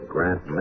Grant